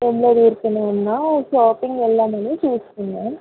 ఏమి లేదుఊరికే ఉన్న షాపింగ్ వెళదాం అనిచూస్తున్నాం